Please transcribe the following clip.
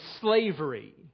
slavery